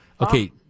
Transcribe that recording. okay